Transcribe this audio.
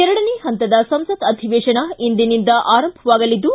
ಎರಡನೇ ಹಂತದ ಸಂಸತ್ ಅಧಿವೇಶನ ಇಂದಿನಿಂದ ಆರಂಭವಾಗಲಿದ್ದು